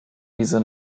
diese